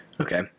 Okay